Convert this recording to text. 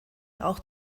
auch